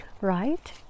right